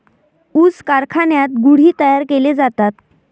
ऊस कारखान्यात गुळ ही तयार केले जातात